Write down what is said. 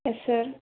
yes sir